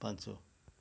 ପାଞ୍ଚ